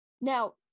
now